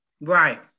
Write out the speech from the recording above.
Right